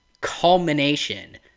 culmination